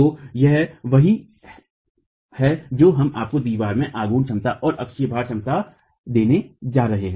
और यही वह है जो आपको दीवार में आघूर्ण क्षमता और अक्षीय भार क्षमता देने जा रहा है